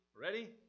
Ready